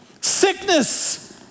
Sickness